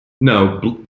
No